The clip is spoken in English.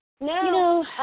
No